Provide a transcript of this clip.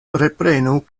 reprenu